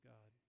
God